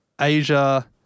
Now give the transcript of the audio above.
Asia